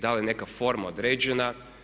Da li je neka forma određena.